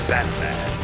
Batman